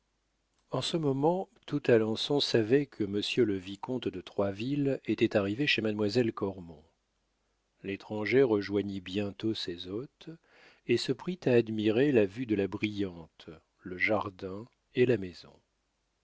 en ce moment tout alençon savait que monsieur le vicomte de troisville était arrivé chez mademoiselle cormon l'étranger rejoignit bientôt ses hôtes et se prit à admirer la vue de la brillante le jardin et la maison